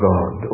God